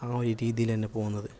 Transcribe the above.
ആ ഒരു രീതിയിൽ തന്നെ പോകുന്നത്